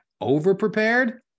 over-prepared